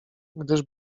gdyż